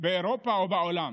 באירופה או בעולם.